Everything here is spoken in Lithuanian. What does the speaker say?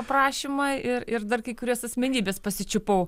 aprašymą ir ir dar kai kurias asmenybes pasičiupau